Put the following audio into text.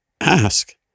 ask